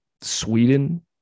sweden